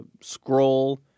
scroll